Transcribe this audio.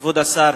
כבוד השר,